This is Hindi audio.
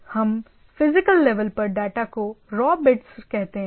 हम फिजिकल लेवल पर डाटा को रॉ बिट्स कहते हैं